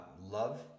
love